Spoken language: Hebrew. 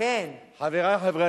חברי חברי